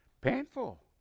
Painful